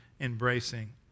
embracing